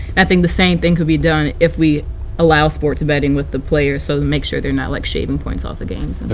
the same thing could be done if we allow sports betting with the players. so make sure they are not like shaving points off the game.